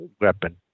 weapon